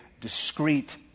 discreet